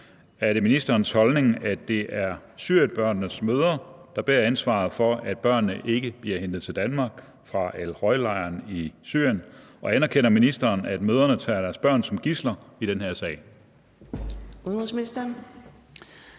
Er det ministeren holdning, at det er syrienbørnenes mødre, der bærer ansvaret for, at børnene ikke bliver hentet til Danmark fra al-Roj-lejren i Syrien, og anerkender ministeren, at mødrene tager deres børn som gidsler i den her sag? Fjerde næstformand